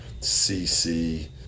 CC